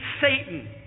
Satan